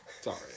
Sorry